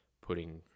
putting